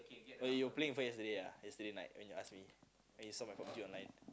but you were playing with her yesterday ah yesterday night when you ask me when you saw my Pub-G online